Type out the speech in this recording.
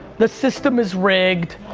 the system is rigged,